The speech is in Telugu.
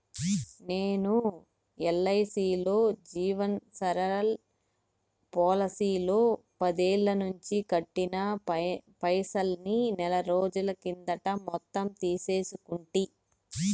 నేను ఎల్ఐసీలో జీవన్ సరల్ పోలసీలో పదేల్లనించి కట్టిన పైసల్ని నెలరోజుల కిందట మొత్తం తీసేసుకుంటి